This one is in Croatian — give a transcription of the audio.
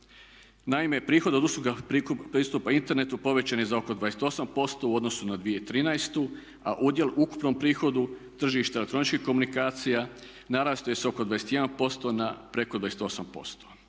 Naime, prihod od usluga pristupa internetu povećan je za oko 28% u odnosu na 2013., a udjel u ukupnom prihodu tržišta elektroničkih komunikacija narastao je sa oko 21% na preko 28%.